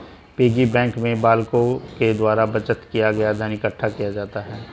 piggy bank में बालकों के द्वारा बचत किया गया धन इकट्ठा किया जाता है